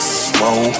slow